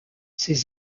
ses